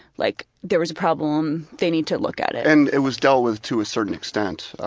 like, there was a problem, they need to look at it. and it was dealt with to a certain extent.